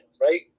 right